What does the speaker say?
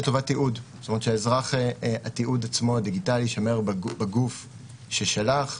לטובת תיעוד שהתיעוד הדיגיטלי עצמו יישמר בגוף ששלח.